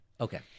Okay